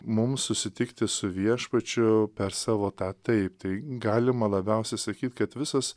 mum susitikti su viešpačiu per savo tą taip tai galima labiausi sakyt kad visas